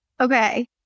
Okay